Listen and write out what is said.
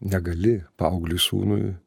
negali paaugliui sūnui